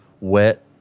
wet